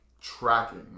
tracking